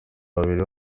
babiri